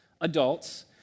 adults